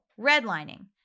redlining